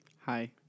Hi